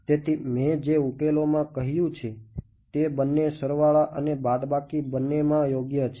તેથી મેં જે ઉકેલોમાં કહ્યું છે તે બંને સરવાળા અને બાદબાકી બંનેમાં યોગ્ય છે